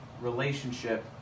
relationship